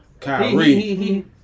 Kyrie